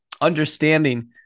understanding